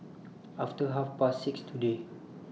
after Half Past six today